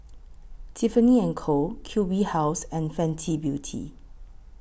Tiffany and Co Q B House and Fenty Beauty